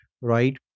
right